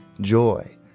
joy